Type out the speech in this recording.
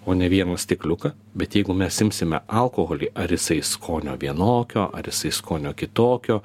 o ne vieną stikliuką bet jeigu mes imsime alkoholį ar jisai skonio vienokio ar jisai skonio kitokio